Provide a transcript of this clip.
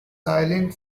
silent